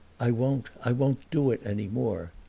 i won't i won't do it any more.